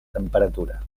temperatura